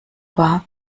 war